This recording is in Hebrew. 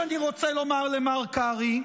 הדבר השני שאני רוצה לומר למר קרעי: